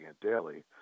daily